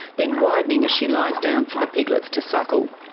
then widening as she lies down for the piglets to suckle.